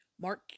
Mark